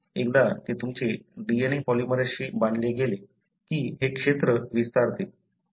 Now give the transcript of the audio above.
एकदा ते तुमचे DNA पॉलिमरेझशी बांधले गेले की हे क्षेत्र विस्तारते